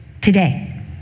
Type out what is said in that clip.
Today